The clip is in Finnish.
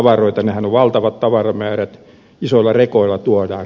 nehän ovat valtavat tavaramäärät isoilla rekoilla tuodaan